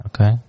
Okay